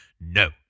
no